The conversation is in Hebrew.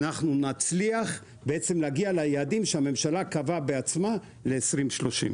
נצליח להגיע ליעדים שהממשלה קבעה בעצמה ל-2030.